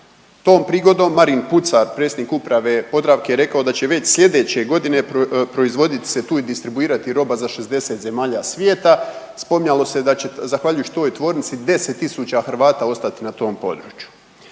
Tom prigodom Marin Pucar, predsjednik Uprave Podravke je rekao da će već sljedeće godine proizvoditi se tu i distribuirati roba za 60 zemalja svijeta. Spominjalo se da će zahvaljujući toj tvornici 10 tisuća Hrvata ostati na tom području.